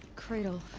cradle.